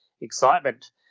excitement